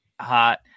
hot